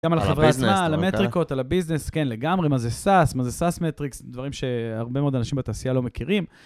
גם על המטריקות, על הביזנס לגמרי, מה זה סאס, מה זה סאס מטריקס, דברים שהרבה מאוד אנשים בתעשייה לא מכירים.